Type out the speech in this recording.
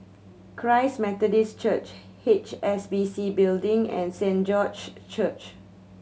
Christ Methodist Church H S B C Building and Saint George's Church